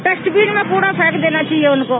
dustbin में कूडा फेंक देना चाहिए उनको